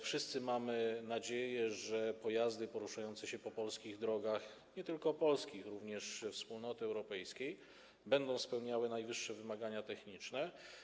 Wszyscy mamy nadzieję, że pojazdy poruszające się po polskich drogach, nie tylko polskich, również wspólnoty europejskiej, będą spełniały najwyższe wymagania techniczne.